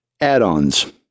add-ons